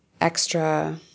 extra